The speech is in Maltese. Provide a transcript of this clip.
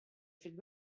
fil